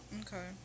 Okay